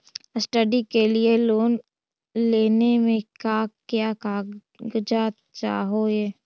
Study के लिये loan लेने मे का क्या कागजात चहोये?